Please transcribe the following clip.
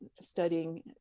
studying